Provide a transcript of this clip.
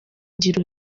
ugira